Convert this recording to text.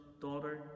daughter